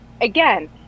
again